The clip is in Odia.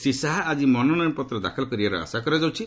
ଶ୍ରୀ ଶାହା ଆଜି ମନୋନୟନପତ୍ର ଦାଖଲ କରିବାର ଆଶା କରାଯାଉଛି